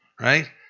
right